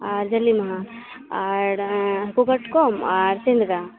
ᱟᱨ ᱜᱮᱞᱮ ᱢᱟᱦᱟ ᱟᱨ ᱦᱟᱹᱠᱩ ᱠᱟᱴᱠᱚᱢ ᱟᱨ ᱥᱮᱸᱫᱽᱨᱟ